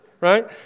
Right